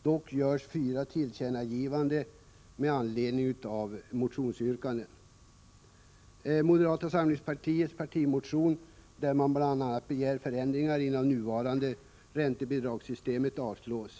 Dock föreslås fyra tillkännagivanden med anledning av motionsyrkanden. Moderata samlingspartiets partimotion, där man bl.a. begär förändringar inom det nuvarande räntebidragssystemet, avstyrks.